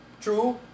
True